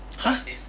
!huh! s~